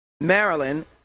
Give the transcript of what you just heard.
maryland